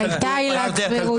הייתה עילת סבירות.